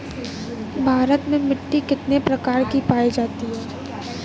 भारत में मिट्टी कितने प्रकार की पाई जाती हैं?